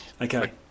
Okay